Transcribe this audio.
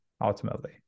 ultimately